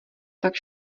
tak